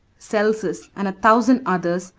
celsus, and a thousand others,